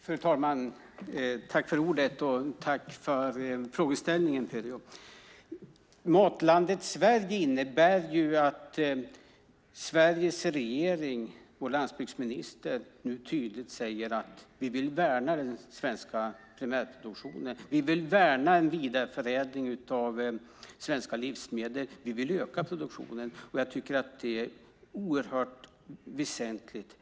Fru talman! Jag tackar Pyry Niemi för frågeställningen. Matlandet Sverige innebär att Sveriges regering och landsbygdsminister nu tydligt säger att vi vill värna den svenska primärproduktionen. Vi vill värna en vidareförädling av svenska livsmedel. Vi vill öka produktionen. Jag tycker att det är oerhört väsentligt.